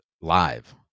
live